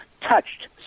touched